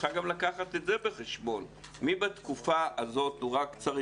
צריכה לקחת גם את זה בחשבון מי בתקופה הזאת רק צריך